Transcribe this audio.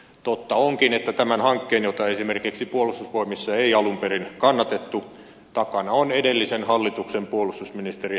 totta onkin että tämän hankkeen jota esimerkiksi puolustusvoimissa ei alun perin kannatettu takana on edellisen hallituksen puolustusministeri häkämies